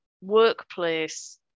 workplace